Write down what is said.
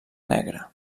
negra